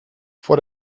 vor